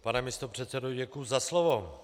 Pane místopředsedo, děkuji za slovo.